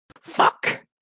Fuck